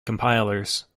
compilers